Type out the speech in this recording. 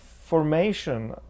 formation